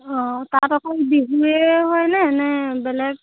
অঁ তাত অকল বিহুৱে হয়নে নে বেলেগ